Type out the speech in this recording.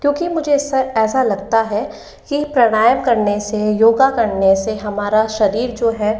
क्योंकि मुझे इससे ऐसा लगता है की प्राणायाम करने से योगा करने से हमारा शरीर जो है